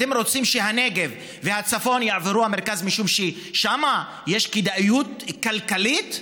אתם רוצים שהנגב והצפון יעברו למרכז משום ששם יש כדאיות כלכלית?